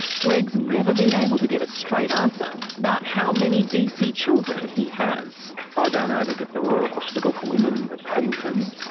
greg's never been able to get a straight answer about how many dc children he has. i ah donated at the royal hospital for women like paddington.